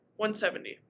170